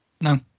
no